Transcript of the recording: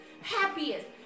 happiest